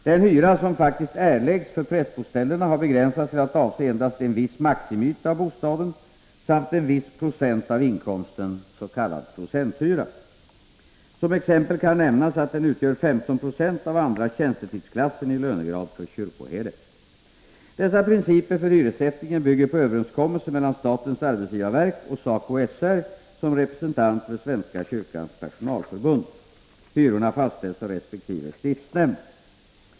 Den hyra som faktiskt erläggs för prästboställena har begränsats till att avse endast en viss maximiyta av bostaden samt en viss procent av inkomsten, s.k. procenthyra. Som exempel kan nämnas att den utgör 15 20 av andra tjänstetidsklassen i lönegrad för kyrkoherde. Dessa principer för hyressättningen bygger på överenskommelser mellan statens arbetsgivarverk och SACOY/SR som representant för Svenska kyrkans personalförbund. Hyrorna fastställs av resp. stiftsnämnd.